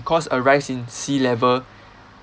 cause a rise in sea level